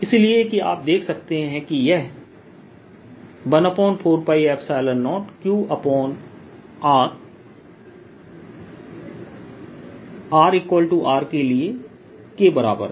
इसलिए कि आप देख सकते हैं कि यह 14π0QR for rR के बराबर है